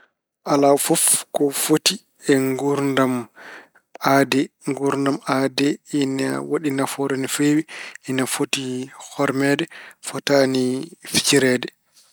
Alaa fof ko foti e nguurdam aade. Nguurdam aade ene waɗi nafoore no feewi, ene foti hormeede, fotaani fijireede.